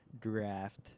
draft